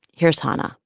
here's hanna